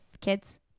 kids